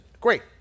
Great